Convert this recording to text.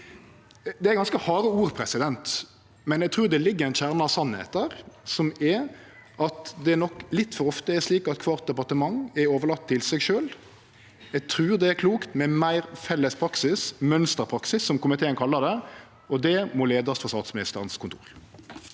Det er ganske harde ord, men eg trur det ligg ein kjerne av sanning der, som er at det nok litt for ofte er slik at kvart departement er overlate til seg sjølv. Eg trur det er klokt med meir felles praksis – mønsterpraksis, som komiteen kallar det – og det må leiast frå Statsministerens kontor.